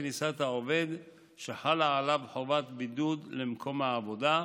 כניסת העובד שחלה עליו חובת בידוד למקום העבודה,